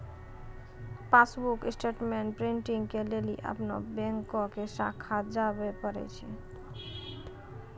passbook statement printing के लेली अपनो बैंको के शाखा जाबे परै छै